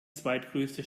zweitgrößte